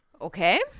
Okay